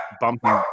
bumping